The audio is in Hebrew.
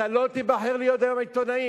אתה לא תיבחר להיות היום עיתונאי.